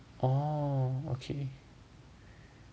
oh okay